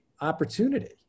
opportunity